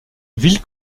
ville